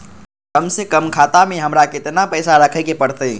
कम से कम खाता में हमरा कितना पैसा रखे के परतई?